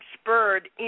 spurred